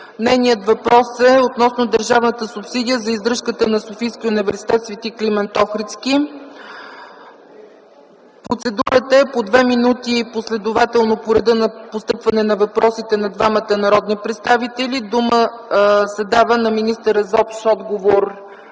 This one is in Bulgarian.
Нейният въпрос е относно държавната субсидия за издръжката на СУ „Св. Климент Охридски”. Процедурата е по две минути последователно по реда на постъпване на въпросите на двамата народни представители. Думата се дава на министъра за общ отговор